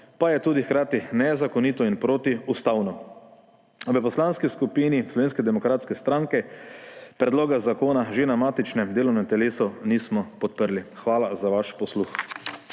pa je hkrati tudi nezakonito in protiustavno. V Poslanski skupini Slovenske demokratske stranke predloga zakona že na matičnem delovnem telesu nismo podprli. Hvala za vaš posluh.